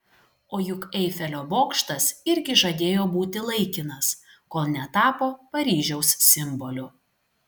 o juk eifelio bokštas irgi žadėjo būti laikinas kol netapo paryžiaus simboliu